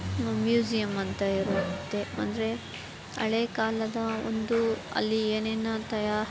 museum ಅಂತ ಇರುತ್ತೆ ಅಂದರೆ ಹಳೇ ಕಾಲದ ಒಂದು ಅಲ್ಲಿ ಏನೇನು ತಯಾ